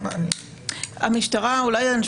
דרך